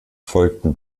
folgten